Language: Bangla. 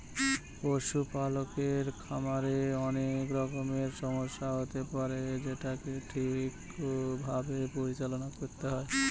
পশুপালকের খামারে অনেক রকমের সমস্যা হতে পারে যেটাকে ঠিক ভাবে পরিচালনা করতে হয়